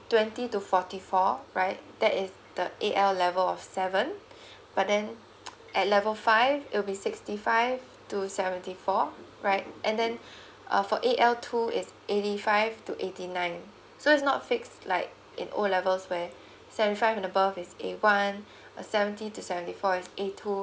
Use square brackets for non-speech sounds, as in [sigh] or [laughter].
twenty to forty four right that is the A_L level of seven but then [noise] at level five it'll be sixty five to seventy four right and then uh for A_L two is eighty five to eighty nine so is not fixed like in O levels where seventy five and above is A one uh seventy to seventy four is A two